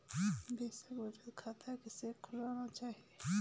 Basic बचत खाता किसे खुलवाना चाहिए?